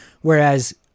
Whereas